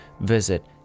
visit